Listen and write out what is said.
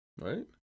Right